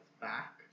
back